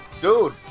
Dude